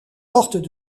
portent